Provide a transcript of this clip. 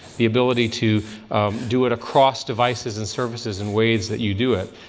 the ability to do it across devices and surfaces in ways that you do it.